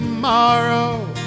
Tomorrow